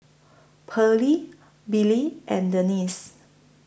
Pearly Billye and Denisse